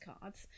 cards